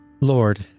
Lord